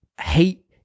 hate